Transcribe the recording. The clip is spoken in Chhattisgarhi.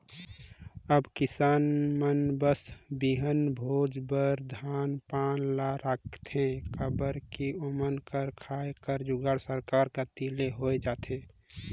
अब किसान मन बस बीहन भोज बर धान पान ल राखथे काबर कि ओमन कर खाए कर जुगाड़ सरकार कती ले होए जाथे